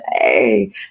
hey